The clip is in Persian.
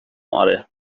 آره